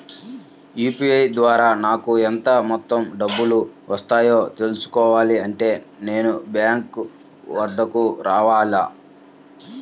UPI ద్వారా నాకు ఎంత మొత్తం డబ్బులు వచ్చాయో తెలుసుకోవాలి అంటే నేను బ్యాంక్ వద్దకు రావాలా?